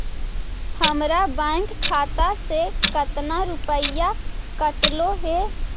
हमरा बैंक खाता से कतना रूपैया कटले है?